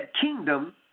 kingdom